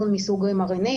מודרנה,